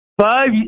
five